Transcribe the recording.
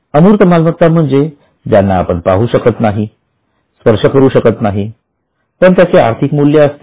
अमूर्त मालमत्ता म्हणजे ज्यांना आपण पाहू नाही शकत स्पर्श करू शकत नाही पण त्याचे आर्थिक मूल्य असते